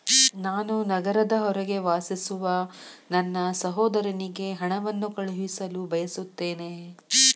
ನಾನು ನಗರದ ಹೊರಗೆ ವಾಸಿಸುವ ನನ್ನ ಸಹೋದರನಿಗೆ ಹಣವನ್ನು ಕಳುಹಿಸಲು ಬಯಸುತ್ತೇನೆ